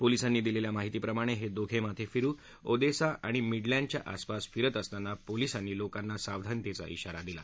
पोलिसांनी दिलेल्या माहितीप्रमाणे हे दोघे माथेफिरु ओदेसा आणि मिडलॅंड च्या आसपास फिरत असताना पोलिसांनी लोकांना सावधानतेचा धाारा दिला